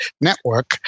network